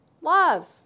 love